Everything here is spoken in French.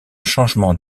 changement